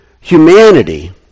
humanity